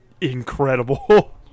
incredible